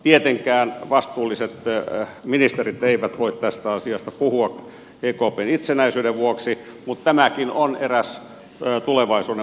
tietenkään vastuulliset ministerit eivät voi tästä asiasta puhua ekpn itsenäisyyden vuoksi mutta tämäkin on eräs tulevaisuuden mahdollisuus